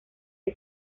que